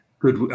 good